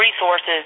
resources